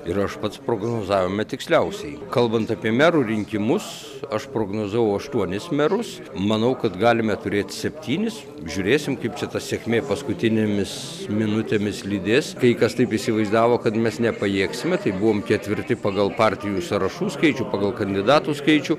ir aš pats prognozavome tiksliausiai kalbant apie merų rinkimus aš prognozavau aštuonis merus manau kad galime turėt septynis žiūrėsim kaip čia ta sėkmė paskutinėmis minutėmis lydės kai kas taip įsivaizdavo kad mes nepajėgsime tai buvom ketvirti pagal partijų sąrašų skaičių pagal kandidatų skaičių